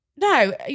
no